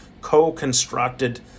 co-constructed